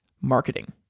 Marketing